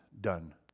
done